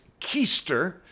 keister